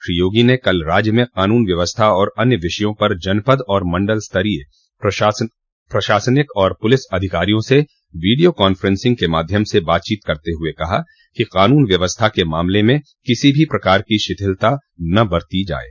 श्री योगी ने कल राज्य में कानून व्यवस्था और अन्य विषयों पर जनपद और मण्डल स्तरीय प्रशासनिक और पुलिस अधिकारियों से वीडियों कान्फेंसिंग के माध्यम से बातचीत करते हुए कहा कि कानून व्यवस्था के मामले में किसी भी प्रकार की शिथिलता न बरती जाये